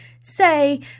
say